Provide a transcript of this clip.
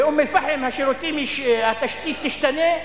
באום-אל-פחם התשתית תשתנה?